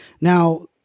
Now